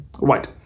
Right